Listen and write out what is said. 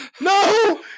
no